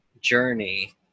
journey